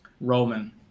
Roman